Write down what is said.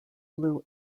blue